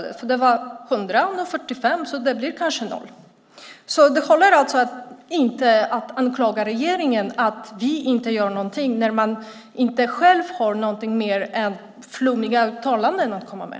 Det var 100 förra året, och nu är det 45, så det blir kanske 0. Det håller alltså inte att anklaga regeringen för att inte göra någonting när man själv inte har någonting mer än flummiga uttalanden att komma med.